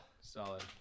Solid